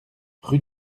rue